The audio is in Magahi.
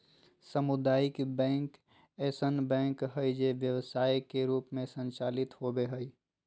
सामुदायिक बैंक ऐसन बैंक हइ जे व्यवसाय के रूप में संचालित होबो हइ